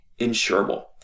insurable